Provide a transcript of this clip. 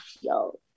yo